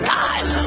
time